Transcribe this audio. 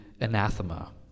anathema